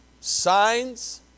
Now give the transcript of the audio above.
signs